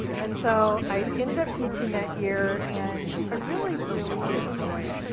and so i ended up teaching that year and i really, really did enjoy it.